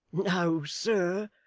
no, sir.